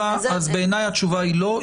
בעיניי התשובה היא לא.